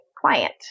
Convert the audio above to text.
client